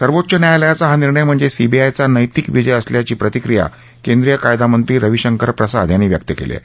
सर्वोच्च न्यायालयाचा निर्णय म्हणजे सीबीआयचा नैतिक विजय असल्याची प्रतिक्रिया केंद्रीय कायदामंत्री रविशंकर प्रसाद यांनी व्यक्त केली आहे